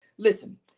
Listen